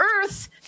Earth